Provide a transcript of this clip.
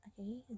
okay